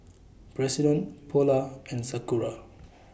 President Polar and Sakura